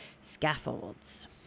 scaffolds